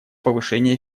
повышения